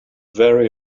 very